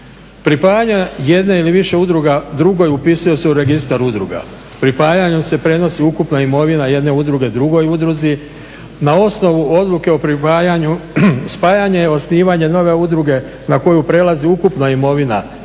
Pripajanje jedne ili više udruga drugoj upisuje se u Registar udruga. Pripajanjem se prenosi ukupna imovina jedne udruge drugoj udruzi, na osnovu odluke o pripajanju spajanje i osnivanje nove udruge na koju prelazi ukupna imovina dvije